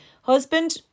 husband